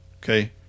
okay